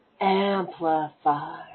Amplify